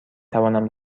توانم